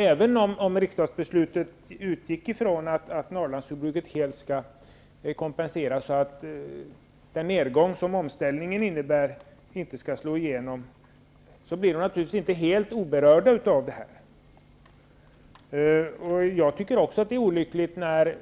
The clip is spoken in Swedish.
Även om riksdagsbeslutet utgick från att Norrlandsjordbruket skall kompenseras så att den nedgång som omställningen innebär inte skall slå igenom, blir Norrlandsjordbruket naturligtvis inte helt oberört. Jag tycker också att det är olyckligt när